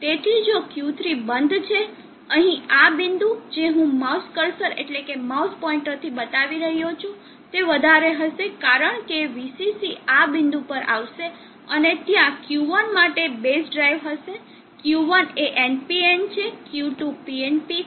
તેથી જો Q3 બંધ છે અહીં આ બિંદુ જે હું માઉસ કર્સર એટલેકે માઉસ પોઈન્ટર થી બતાવી રહ્યો છું તે વધારે હશે કારણ કે VCC આ બિંદુ પર આવશે અને ત્યાં Q1 માટે બેઝ ડ્રાઇવ હશે Q1 એ NPN છે Q2 PNP છે